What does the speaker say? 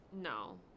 no